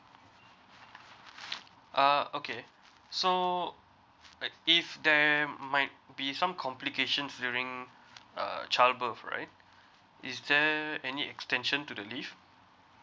uh okay so if there might be some complications during uh child birth right is there any extension to the leave